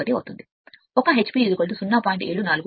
1 h p 0